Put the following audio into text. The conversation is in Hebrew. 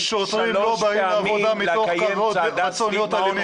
השוטרים לא באים לעבודה מתוך רצון להיות אלימים.